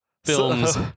Film's